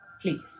Please